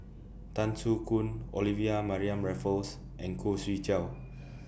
Tan Soo Khoon Olivia Mariamne Raffles and Khoo Swee Chiow